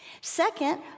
Second